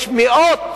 יש מאות